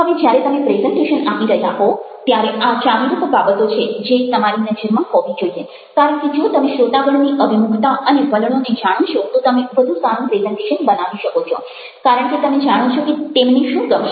હવે જ્યારે તમે પ્રેઝન્ટેશન આપી રહ્યા હો ત્યારે આ ચાવીરૂપ બાબતો છે જે તમારી નજરમાં હોવી જોઈએ કારણ કે જો તમે શ્રોતાગણની અભિમુખતા અને વલણોને જાણો છો તો તમે વધુ સારું પ્રેઝન્ટેશન બનાવી શકો છો કારણ કે તમે જાણો છો કે તેમને શું ગમશે